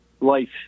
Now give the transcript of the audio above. life